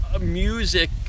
music